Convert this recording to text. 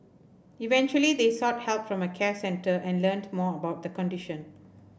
eventually they sought help from a care centre and learnt more about the condition